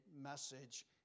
message